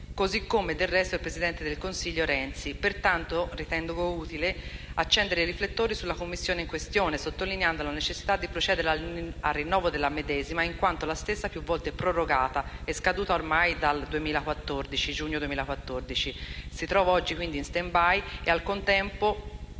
così come del resto il presidente del Consiglio Renzi. Pertanto, ritengo utile accendere i riflettori sulla commissione in questione, sottolineando la necessità di procedere al rinnovo della medesima, in quanto la stessa, più volte prorogata e scaduta ormai dal giugno 2014, si ritrova ad oggi in *standby*, e al contempo